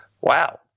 Wow